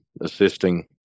assisting